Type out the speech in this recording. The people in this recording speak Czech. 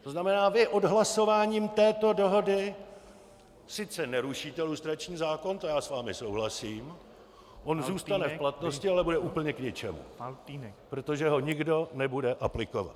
To znamená, vy odhlasováním této dohody sice nerušíte lustrační zákon, to já s vámi souhlasím, on zůstane v platnosti, ale bude úplně k ničemu, protože ho nikdo nebude aplikovat.